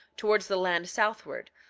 towards the land southward,